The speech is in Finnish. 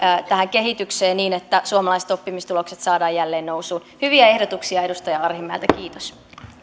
tähän kehitykseen niin että suomalaiset oppimistulokset saadaan jälleen nousuun hyviä ehdotuksia edustaja arhinmäeltä kiitos